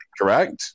correct